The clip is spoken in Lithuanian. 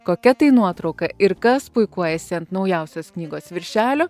kokia tai nuotrauka ir kas puikuojasi ant naujausios knygos viršelio